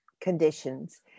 conditions